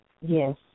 Yes